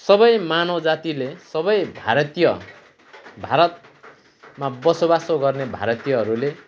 सबै मानव जातिले सबै भारतीय भारतमा बसोबास गर्ने भारतीयहरूले